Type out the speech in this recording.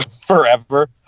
Forever